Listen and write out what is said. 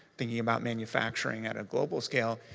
thinking about manufacturing at a global scale,